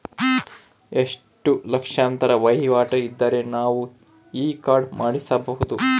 ಎಷ್ಟು ಲಕ್ಷಾಂತರ ವಹಿವಾಟು ಇದ್ದರೆ ನಾವು ಈ ಕಾರ್ಡ್ ಮಾಡಿಸಬಹುದು?